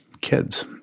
kids